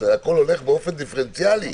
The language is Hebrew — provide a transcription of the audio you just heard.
הכול הולך באופן דיפרנציאלי,